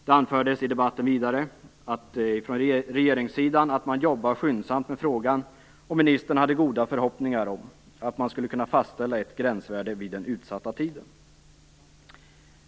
I debatten anfördes vidare från regeringssidan att man jobbade skyndsamt med frågan, och ministern hade goda förhoppningar om att man skulle kunna fastställa ett gränsvärde vid den utsatta tiden.